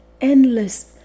endless